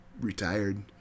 retired